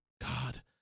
god